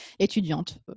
étudiante